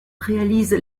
réalise